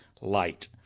light